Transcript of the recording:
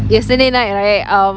yesterday night right um